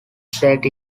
set